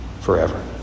forever